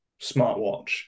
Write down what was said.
smartwatch